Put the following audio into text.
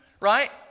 right